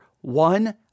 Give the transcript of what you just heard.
one